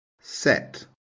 set